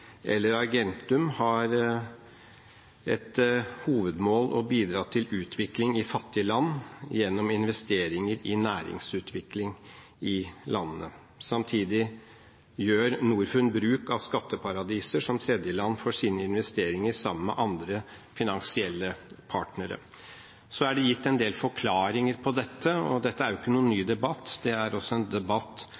eller Argentum, har som hovedmål å bidra til utvikling i fattige land gjennom investeringer i næringsutvikling i landene. Samtidig gjør Norfund bruk av skatteparadiser som tredjeland for sine investeringer sammen med andre finansielle partnere. Det er gitt en del forklaringer på dette, og dette er ingen ny